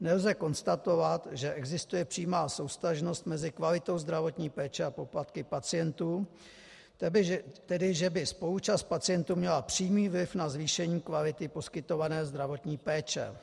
Nelze konstatovat, že existuje přímá souvztažnost mezi kvalitou zdravotní péče a poplatky pacientů, tedy že by spoluúčast pacientů měla přímý vliv na zvýšení kvality poskytované zdravotní péče.